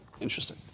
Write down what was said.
interesting